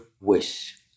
wish